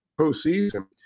postseason